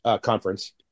conference